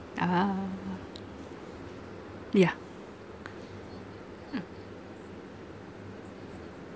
ah yeah uh